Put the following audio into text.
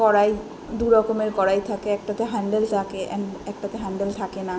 কড়াই দু রকমের কড়াই থাকে একটাতে হ্যান্ডেল থাকে অ্যান্ড একটাতে হ্যান্ডেল থাকে না